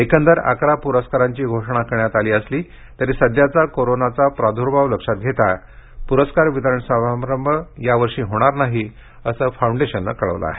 एकंदर अकरा प्रस्कारांची घोषणा करण्यात आली असली तरी सध्याचा कोरोनाचा प्रादुर्भाव लक्षात घेता पुरस्कार वितरण समारंभ यावर्षी होणार नाही असे फाउंडेशनने कळवले आहे